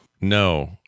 No